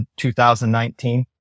2019